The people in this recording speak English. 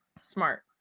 smart